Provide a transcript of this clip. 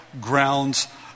grounds